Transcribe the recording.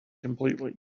completely